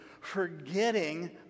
forgetting